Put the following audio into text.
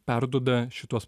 perduoda šituos